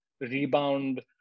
rebound